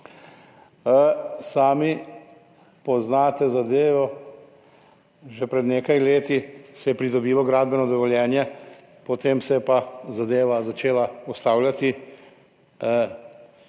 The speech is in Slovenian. Sami poznate zadevo, že pred nekaj leti se je pridobilo gradbeno dovoljenje, potem se je pa zadeva začela ustavljati.